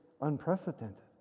unprecedented